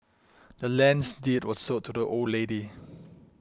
the land's deed was sold to the old lady